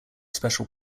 special